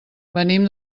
venim